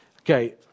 Okay